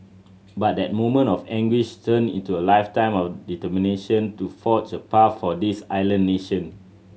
but that moment of anguish turned into a lifetime of determination to forge a path for this island nation